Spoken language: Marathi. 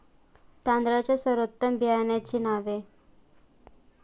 तांदळाच्या सर्वोत्तम बियाण्यांची नावे?